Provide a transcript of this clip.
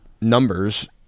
numbers